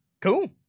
Cool